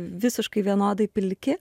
visiškai vienodai pilki